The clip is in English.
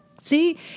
See